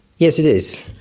yes, it is.